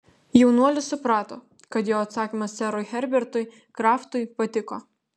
jaunuolis suprato kad jo atsakymas serui herbertui kraftui patiko